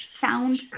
sound